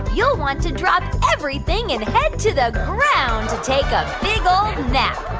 you'll want to drop everything and head to the ground to take a big ol' nap.